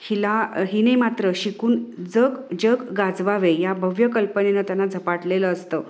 हिला हिने मात्र शिकून जग जग गाजवावे या भव्य कल्पनेनं त्यांना झपाटलेलं असतं